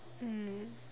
mm